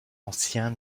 anciens